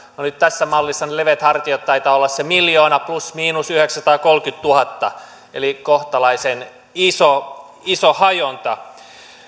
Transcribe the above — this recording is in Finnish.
no nyt tässä mallissa ne leveät hartiat taitavat olla se miljoona plus miinus yhdeksänsataakolmekymmentätuhatta eli kohtalaisen iso iso hajonta